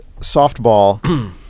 softball